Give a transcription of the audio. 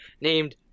named